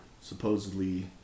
supposedly